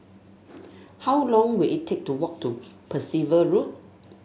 how long will it take to walk to Percival Road